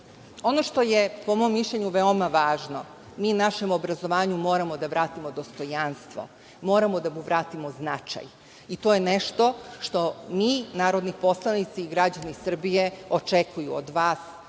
što je po mom mišljenju veoma važno, mi našem obrazovanju moramo da vratimo dostojanstvo, moramo da mu vratimo značaj, i to je nešto što narodni poslanici i građani Srbije očekuju od vas